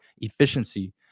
efficiency